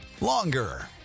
longer